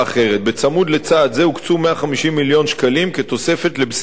צמוד לצעד זה הוקצו 150 מיליון שקלים כתוספת לבסיס הסל.